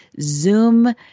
Zoom